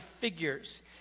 figures